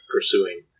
pursuing